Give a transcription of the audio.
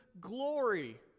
glory